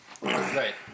Right